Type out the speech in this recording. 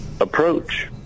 approach